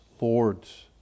Lord's